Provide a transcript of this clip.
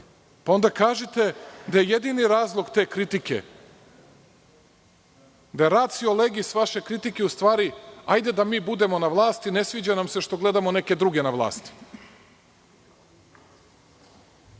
Onda kažite da je jedini razlog te kritike da je racio legis vaše kritike u stvari – hajde da mi budemo na vlasti, ne sviđa nam se što gledamo neke druge na vlasti. To